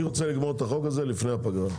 אני רוצה לגמור את החוק הזה לפני הפגרה.